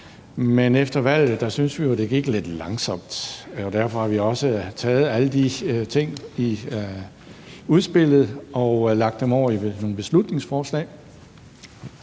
Men efter valget syntes vi jo at det gik lidt langsomt, og derfor har vi også taget alle de ting i udspillet og lagt dem over i nogle beslutningsforslag